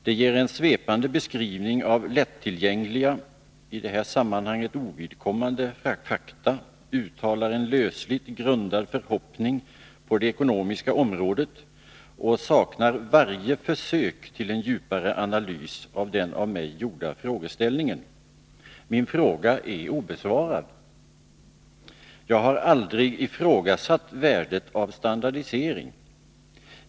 Det ger en svepande beskrivning av lättillgängliga, i det här sammanhanget ovidkommande fakta, uttalar en lösligt grundad förhoppning på det ekonomiska området och saknar varje försök till en djupare analys av frågeställningen. Min fråga är obesvarad. Jag har aldrig ifrågasatt värdet av standardisering.